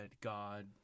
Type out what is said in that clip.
God